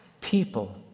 People